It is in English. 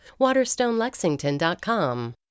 WaterstoneLexington.com